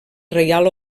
reial